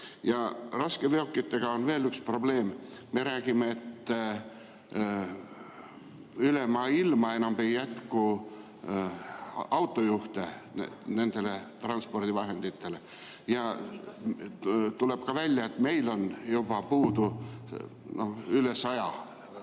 Raskeveokitega on veel üks probleem: me räägime, et üle maailma enam ei jätku autojuhte nendele transpordivahenditele. Tuleb ka välja, et meil on juba puudu üle 100 autojuhi.